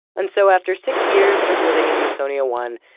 and so, after six years of living in usonia one,